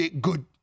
good